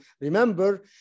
remember